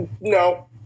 no